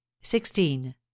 Sixteen